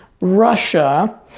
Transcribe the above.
Russia